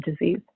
disease